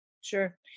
Sure